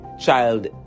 child